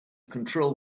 control